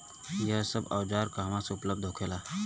यह सब औजार कहवा से उपलब्ध होखेला?